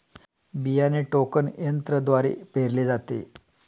बियाणे टोकन यंत्रद्वारे पेरले जाते